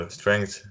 strength